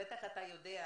בטח אתה יודע,